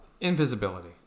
invisibility